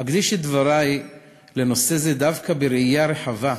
אקדיש את דברי לנושא זה דווקא בראייה רחבה,